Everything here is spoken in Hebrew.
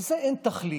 לזה אין תחליף.